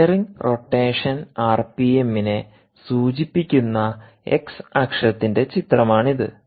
bearing rotation ആർപിഎമ്മിനെ സൂചിപ്പിക്കുന്ന x അക്ഷത്തിന്റെ ചിത്രമാണിത്